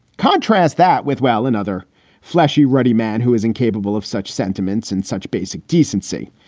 contrast that with well, in other flashy ready man who is incapable of such sentiments in such basic decency.